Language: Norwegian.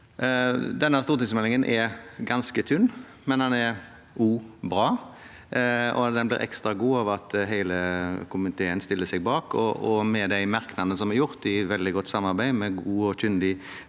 stortingsmeldingen er ganske tynn, men den er bra, og den ble ekstra god av at hele komiteen stiller seg bak. Med de merknadene som er gjort i veldig godt samarbeid og med godt og kyndig